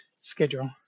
schedule